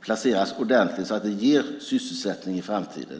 placeras ordentligt så att de ger sysselsättning i framtiden.